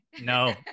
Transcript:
no